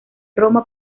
roma